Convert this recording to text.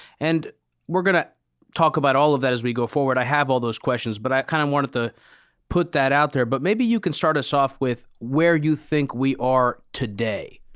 and we're going to talk about all of that as we go forward. i have all those questions. but i kind of wanted to put that out there. but maybe you can start us off with where you think we are today?